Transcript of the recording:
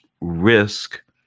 risk